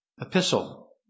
epistle